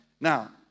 Now